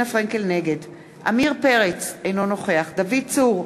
נגד עמיר פרץ, אינו נוכח דוד צור,